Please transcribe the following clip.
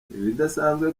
ibidasanzwe